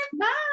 bye